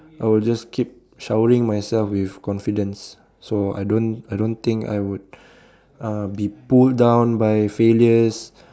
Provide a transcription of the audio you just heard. I will just keep showering myself with confidence so I don't I don't think I would uh be pulled down by failures